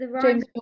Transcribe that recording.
James